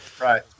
right